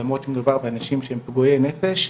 למרות שמדובר באנשים שהם פגועי נפש.